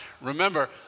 remember